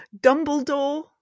Dumbledore